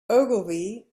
ogilvy